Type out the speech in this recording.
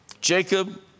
Jacob